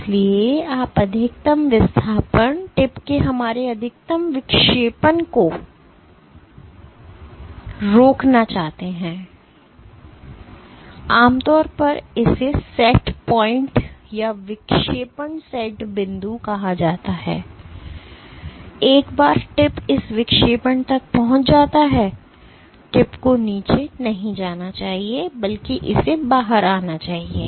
इसलिए आप अधिकतम विस्थापन टिप के हमारे अधिकतम विक्षेपण को रोकना चाहते हैं और इसे आम तौर पर सेटपॉइंट या विक्षेपण सेट बिंदु कहा जाता है कि एक बार टिप इस विक्षेपण तक पहुंच जाता है टिप को नीचे नहीं जाना चाहिए बल्कि इसे बाहर आना चाहिए